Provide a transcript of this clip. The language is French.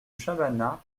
chabanas